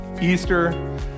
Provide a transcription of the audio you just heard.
Easter